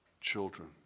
children